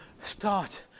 start